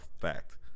fact